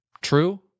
True